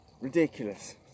Ridiculous